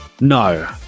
no